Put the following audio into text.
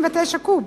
קוב